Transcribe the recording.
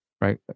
right